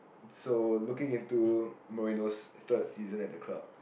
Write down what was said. so looking into Mourinho's third season at the club